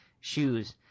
shoes